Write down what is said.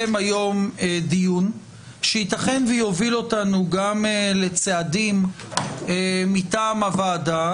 היום דיון שייתכן ויוביל אותנו גם לצעדים מטעם הוועדה,